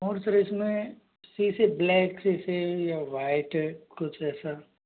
और सर इस में शीशे ब्लैक शीशे या व्हाइट कुछ ऐसा